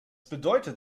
bedeutet